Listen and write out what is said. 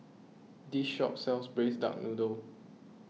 this shop sells Braised Duck Noodle